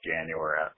January